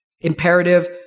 imperative